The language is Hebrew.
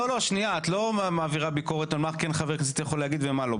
את לא מעבירה ביקורת על מה חבר כנסת כן יכול להגיד ומה לא .